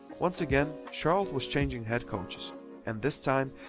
once again charlotte was changing head coaches and this time,